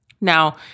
Now